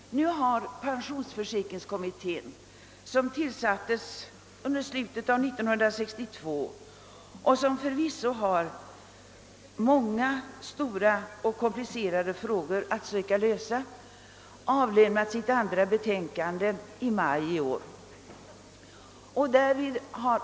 Pensionsförsäkringskommittén, som tillsattes i slutet av 1962 och som förvisso har att söka lösa många stora och komplicerade frågor, avlämnade sitt andra betänkande i maj detta år.